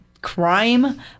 Crime